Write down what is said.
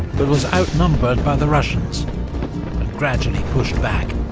but was outnumbered by the russians, and gradually pushed back.